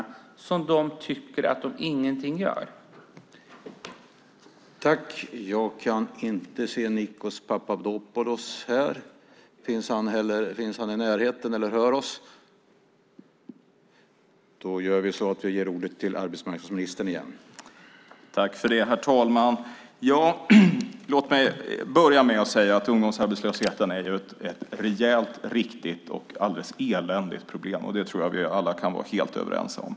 Ungdomarna tycker inte att jobbcoacherna gör något.